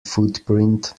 footprint